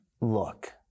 look